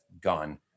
gone